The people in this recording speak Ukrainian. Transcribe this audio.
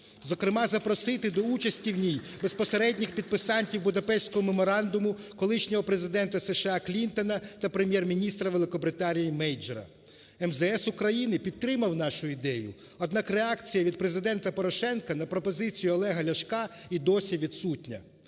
Зокрема запросити до участі в ній безпосередніх підписантів Будапештського меморандуму колишнього Президента США Клінтона та Прем’єр-міністра Великобританії Мейджора. МЗС України підтримав нашу ідею, однак реакція від Президента Порошенка на пропозицію Олега Ляшка і досі відсутня.